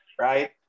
right